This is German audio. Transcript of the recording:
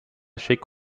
schick